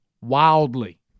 wildly